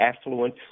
affluent